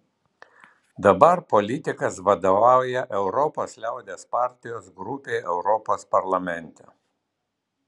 dabar politikas vadovauja europos liaudies partijos grupei europos parlamente